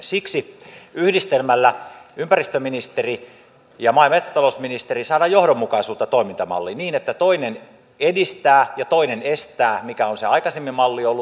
siksi yhdistelmällä ympäristöministeri ja maa ja metsätalousministeri saadaan johdonmukaisuutta siihen toimintamalliin että toinen edistää ja toinen estää mikä on se aikaisempi malli ollut